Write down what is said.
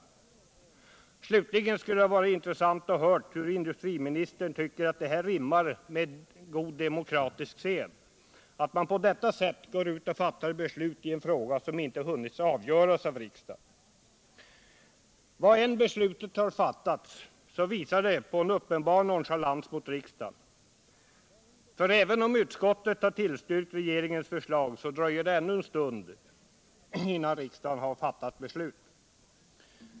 Slutligen: Tycker industriministern att det rimmar med god demokratisk sed, att man på detta sätt går ut och fattar beslut i en fråga som inte hunnit avgöras av riksdagen? Var än beslutet har fattats, så visar det en uppenbar nonchalans mot riksdagen. För även om utskottet har tillstyrkt regeringens förslag, dröjer det ännu en stund innan riksdagen har fattat beslut.